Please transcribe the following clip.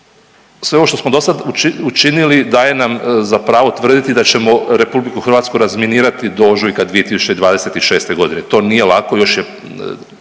Sve ovo što smo dosad učinili daje nam za pravo tvrditi da ćemo RH razminirati do ožujka 2026. godine. To nije lako još je